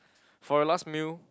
for your last meal